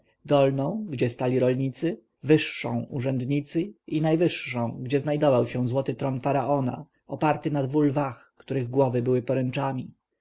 dolną gdzie stali rolnicy wyższą urzędnicy i najwyższą gdzie znajdował się złoty tron faraona oparty na dwu lwach których głowy były poręczami